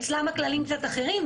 אצלם הכללים קצת אחרים,